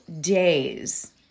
days